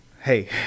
hey